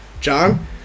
John